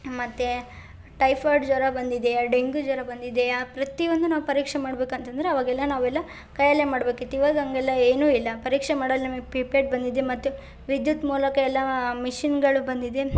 ಮತ್ತೆ ಟೈಫಾಯ್ಡ್ ಜ್ವರ ಬಂದಿದೆಯಾ ಡೆಂಗ್ಯು ಜ್ವರ ಬಂದಿದೆಯಾ ಪ್ರತಿ ಒಂದು ನಾವು ಪರೀಕ್ಷೆ ಮಾಡಬೇಕಂತಂದ್ರೆ ಅವಾಗೆಲ್ಲ ನಾವೆಲ್ಲ ಕೈಯಲ್ಲೇ ಮಾಡ್ಬೇಕಿತ್ತು ಇವಾಗ ಹಾಗೆಲ್ಲ ಏನೂ ಇಲ್ಲ ಪರೀಕ್ಷೆ ಮಾಡಲು ನಮಗ್ ಪಿಪೆಡ್ ಬಂದಿದೆ ಮತ್ತು ವಿದ್ಯುತ್ ಮೂಲಕ ಎಲ್ಲ ಮಷಿನ್ಗಳು ಬಂದಿದೆ